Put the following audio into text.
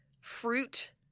fruit